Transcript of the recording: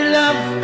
love